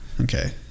Okay